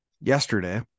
yesterday